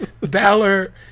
Balor